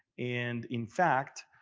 and in fact,